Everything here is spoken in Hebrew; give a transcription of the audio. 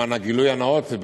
למען הגילוי הנאות,